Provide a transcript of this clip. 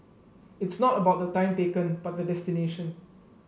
it's not about the time taken but the destination